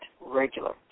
regular